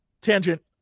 tangent